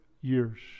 years